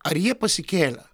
ar jie pasikėlę